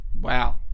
wow